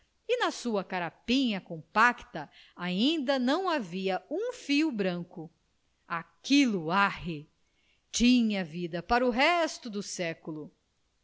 e na sua carapinha compacta ainda não havia um fio branco aquilo arre tinha vida para o resto do século